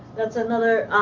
that's another.